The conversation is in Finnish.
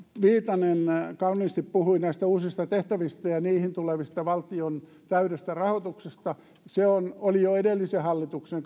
viitanen kauniisti puhui näistä uusista tehtävistä ja niihin tulevasta valtion täydestä rahoituksesta se oli jo edellisen hallituksen